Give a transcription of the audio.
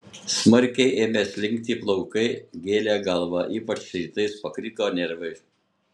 smarkiai ėmė slinkti plaukai gėlė galvą ypač rytais pakriko nervai